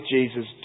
Jesus